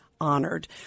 honored